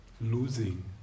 Losing